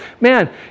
Man